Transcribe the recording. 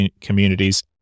communities